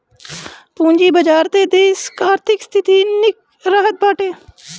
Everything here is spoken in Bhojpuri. पूंजी बाजार से देस कअ आर्थिक स्थिति निक रहत बाटे